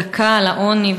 דקה על העוני,